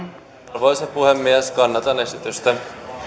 arvoisa puhemies kannatan esitystä